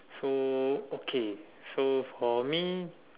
so okay so for me